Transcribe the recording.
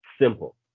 Simple